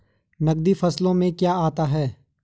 नकदी फसलों में क्या आता है?